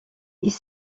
ils